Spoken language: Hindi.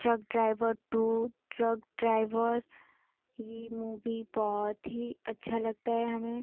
truck driver to truck driver ये मूवी बहुत ही अच्छा लगता है हमें